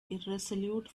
irresolute